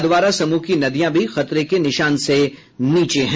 अधवारा समूह की नदियां भी खतरे के निशान से नीचे हैं